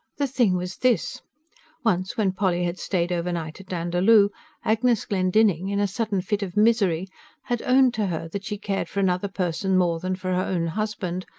the thing was this once when polly had stayed overnight at dandaloo agnes glendinning in a sudden fit of misery had owned to her that she cared for another person more than for her own husband,